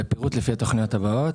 בפירוט לפי התוכניות הבאות: